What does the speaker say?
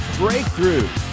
breakthrough